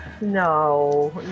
no